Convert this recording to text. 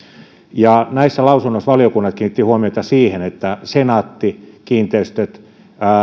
muuta sellaista näissä lausunnoissa valiokunnat kiinnittivät huomiota siihen että senaatti kiinteistöt